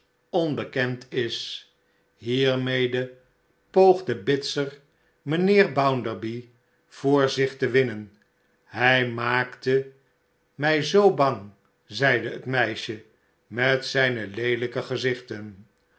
onbekend is hiermede poogde de pegasus bitzer mijnheer bounderby voor zich te winnen hij maakte mij zoo bang zeide het meisje met zijne leelijke gezichten